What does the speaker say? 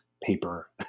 paper